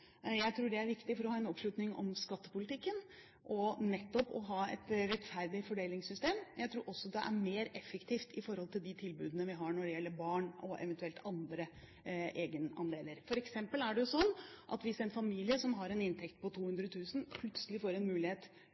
Jeg tror det er viktig for å ha en oppslutning om skattepolitikken nettopp å ha et rettferdig fordelingssystem. Jeg tror også det er mer effektivt i forhold til de tilbudene vi har når det gjelder barn og eventuelt andre egenandeler. For eksempel er det slik at hvis en familie som har en inntekt på 200 000 kr, plutselig får en mulighet